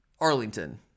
Arlington